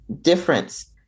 difference